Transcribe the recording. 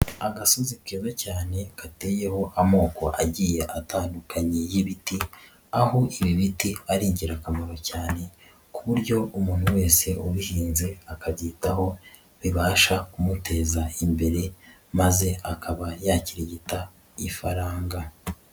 Agasozi keza cyane gateyeho amoko agiye atandukanye y'ibiti, aho ibi biti ari ingirakamaro cyane ku buryo umuntu wese ubihinze akabyitaho bibasha kumuteza imbere, maze akaba yakirigita ifaranga.